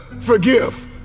forgive